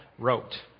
wrote